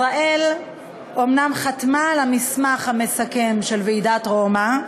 ישראל אומנם חתמה על המסמך המסכם של ועידת רומא,